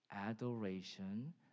adoration